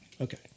Okay